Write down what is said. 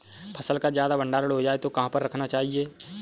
फसल का ज्यादा भंडारण हो जाए तो कहाँ पर रखना चाहिए?